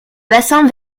bassin